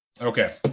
Okay